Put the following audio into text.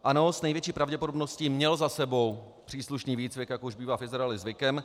Ano, s největší pravděpodobností měl za sebou příslušný výcvik, jak už bývá v Izraeli zvykem.